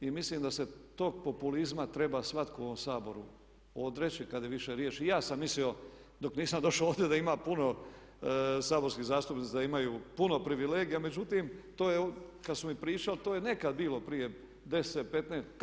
Mislim da se tog populizma treba svatko u ovom Saboru odreći kad je riječ, i ja sam mislio dok nisam došao ovdje da ima puno saborskih zastupnika, da imaju puno privilegija, međutim to kad su mi pričali to je nekad bilo prije 10, 15 godina.